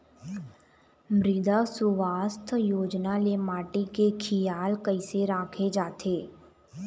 मृदा सुवास्थ योजना ले माटी के खियाल कइसे राखे जाथे?